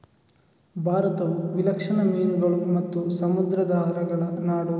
ಭಾರತವು ವಿಲಕ್ಷಣ ಮೀನುಗಳು ಮತ್ತು ಸಮುದ್ರಾಹಾರಗಳ ನಾಡು